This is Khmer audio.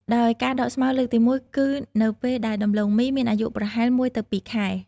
ដោយការដកស្មៅលើកទី១ គឺនៅពេលដែលដំឡូងមីមានអាយុប្រហែល ១ ទៅ ២ ខែ។